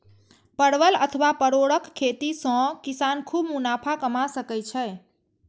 परवल अथवा परोरक खेती सं किसान खूब मुनाफा कमा सकै छै